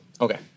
Okay